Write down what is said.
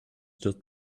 just